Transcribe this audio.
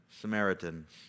samaritans